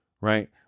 right